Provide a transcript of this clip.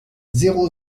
zéro